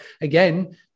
again